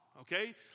Okay